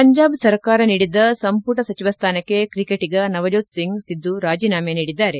ಪಂಜಾಬ್ ಸರ್ಕಾರ ನೀಡಿದ್ದ ಸಂಪುಟ ಸಚಿವ ಸ್ಲಾನಕ್ಕೆ ಕ್ರಿಕೆಟಿಗ ನವಜೋತ್ ಸಿಂಗ್ ಸಿದ್ದು ರಾಜೀನಾಮೆ ನೀಡಿದ್ದಾರೆ